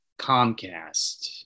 Comcast